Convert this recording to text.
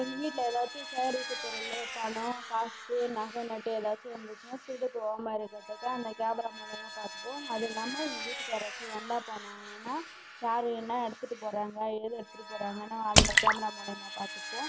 எங்கள் வீட்டில் ஏதாச்சும் சேகரித்த பொருள் பணம் காசு நகை நட்டு ஏதாச்சும் இருந்துச்சுன்னால் திருடு போகாம இருக்கிறதுக்கு அந்த கேமரா மூலயுமா பார்த்துப்போம் அது இல்லாமல் எங்கள் வீட்டுக்கு யாராச்சும் வந்தால் போனாங்கன்னால் யார் என்ன எடுத்துகிட்டு போகிறாங்க ஏது எடுத்துரு போகிறாங்கன்னு அந்த கேமரா மூலயமா பார்த்துப்போம்